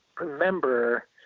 remember